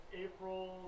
April